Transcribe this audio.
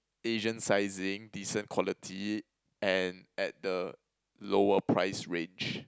Asian sizing decent quality and at the lower price range